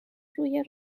روی